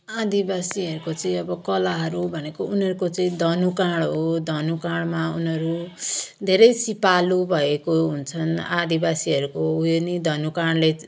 आदिवासीहरूको चाहिँ अब कलाहरू भनेको उनीहरूको चाहिँ धनुकाँड हो धनुकाँडमा उनीहरू धेरै सिपालु भएको हुन्छन् आदिवासीहरूको उयो नि धनुकाँडले